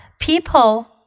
people